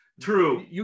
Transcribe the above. True